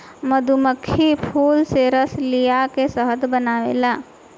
मधुमक्खी फूल से रस लिया के शहद बनावेले